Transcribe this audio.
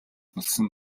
болсон